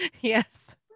Yes